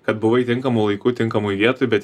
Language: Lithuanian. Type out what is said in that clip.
kad buvai tinkamu laiku tinkamoj vietoj bet